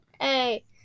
Hey